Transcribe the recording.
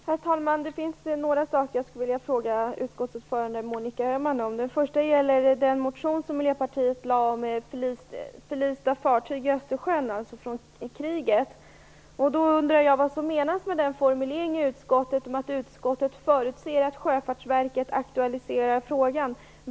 Herr talman! Jag skulle vilja ställa några frågor till utskottets ordförande Monica Öhman. Det gäller för det första Miljöpartiets motion om under kriget förlista fartyg. Jag undrar vad som menas med utskottets formulering att utskottet förutser att Sjöfartsverket aktualiserar frågan.